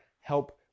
help